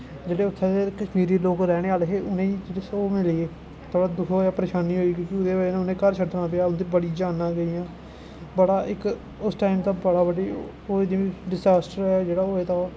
जेह्ड़े उत्थै दे कश्मीरी लोग रौह्ने आह्ले हे उ'नें गी थोह्ड़ा दुख होआ परेशानी होई क्योंकि ओह्दी बजह् नै उ'नेंगी घर छड्डना पेआ उं'दी बड़ी जानां गेइयां बड़ा इक उस टाईम दा डिजास्टर हा होए दा ओह्